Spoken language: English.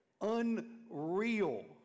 Unreal